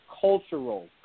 cultural